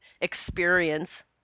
experience